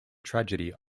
tragedy